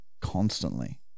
constantly